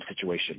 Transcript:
situation